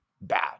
bad